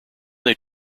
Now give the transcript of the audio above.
they